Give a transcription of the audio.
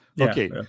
Okay